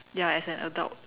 ya as an adult